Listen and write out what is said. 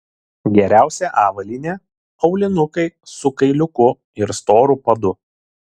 geriausia avalynė aulinukai su kailiuku ir storu padu